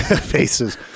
faces